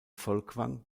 folkwang